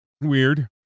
weird